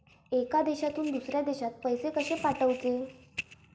एका देशातून दुसऱ्या देशात पैसे कशे पाठवचे?